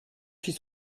suis